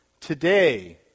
Today